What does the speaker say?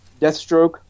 Deathstroke